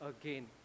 again